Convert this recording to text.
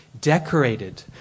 decorated